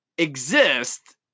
exist